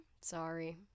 Sorry